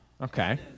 Okay